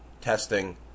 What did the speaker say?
testing